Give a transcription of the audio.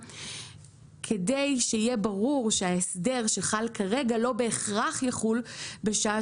כדי שיהיה ברור שההסדר שחל כרגע לא בהכרח יחול בשעה